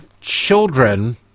children